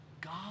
God